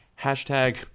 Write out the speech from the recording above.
hashtag